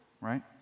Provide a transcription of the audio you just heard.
right